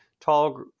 tall